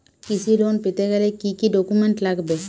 কৃষি লোন পেতে গেলে কি কি ডকুমেন্ট লাগবে?